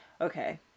Okay